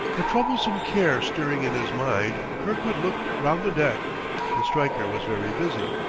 a troublesome care stirring in his mind, kirkwood looked round the deck but stryker was very busy,